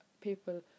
people